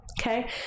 Okay